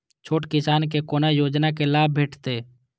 छोट किसान के कोना योजना के लाभ भेटते?